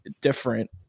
different